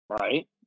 Right